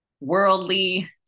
worldly